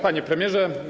Panie Premierze!